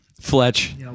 Fletch